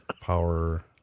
power